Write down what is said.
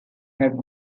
have